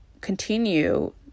continue